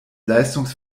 leistungs